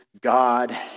God